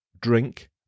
drink